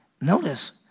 notice